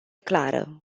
clară